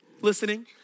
listening